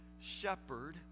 shepherd